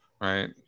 right